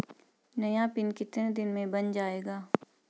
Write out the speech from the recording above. नया पिन कितने दिन में बन जायेगा?